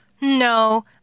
No